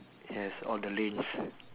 yes all the lanes